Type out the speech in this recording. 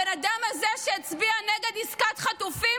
הבן אדם הזה שהצביע נגד עסקת חטופים,